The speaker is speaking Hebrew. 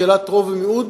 שאלת רוב ומיעוט,